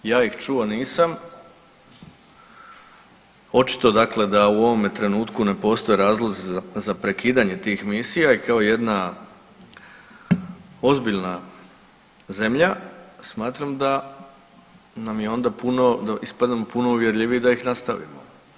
Ja ih čuo nisam, očito dakle da u ovome trenutku ne postoje razlozi za prekidanje tih misija i kao jedna ozbiljna zemlja smatram da nam je onda puno ispadamo puno uvjerljiviji da ih nastavimo.